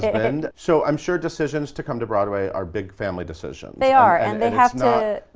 and so i'm sure decisions to come to broadway our big family decisions. they are and they have to.